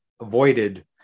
avoided